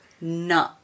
No